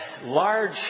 large